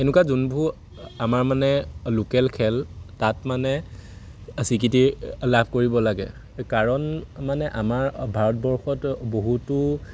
এনেকুৱা যোনবোৰ আমাৰ মানে লোকেল খেল তাত মানে স্বীকৃতি লাভ কৰিব লাগে কাৰণ মানে আমাৰ ভাৰতবৰ্ষত বহুতো